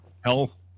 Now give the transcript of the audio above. health